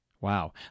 Wow